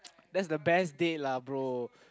that's the best date lah bro